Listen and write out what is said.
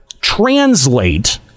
translate